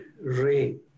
rain